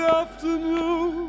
afternoon